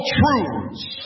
truths